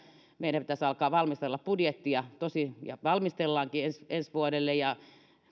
meidän pitäisi alkaa valmistella budjettia ja valmistellaankin ensi vuodelle